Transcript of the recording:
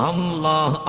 Allah